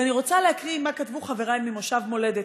ואני רוצה להקריא מה כתבו חברי ממושב מולדת,